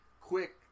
quick